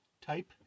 Type